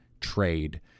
trade